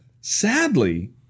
Sadly